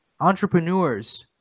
entrepreneurs